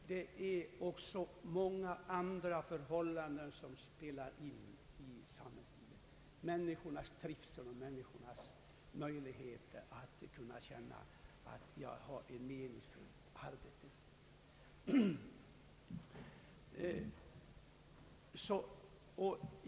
Det är också många andra förhållanden som spelar in i samhällslivet — människornas trivsel och deras möjligheter att känna att de har ett meningsfullt arbete.